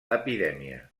epidèmia